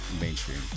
mainstream